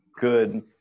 good